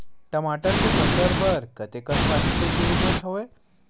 टमाटर के फसल बर कतेकन पानी के जरूरत हवय?